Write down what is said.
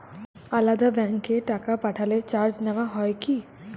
আলাদা ব্যাংকে টাকা পাঠালে চার্জ নেওয়া হয় কি?